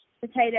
potato